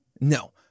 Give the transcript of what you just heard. No